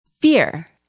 fear